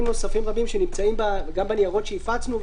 נוספים רבים שנמצאים גם בניירות שהפצנו,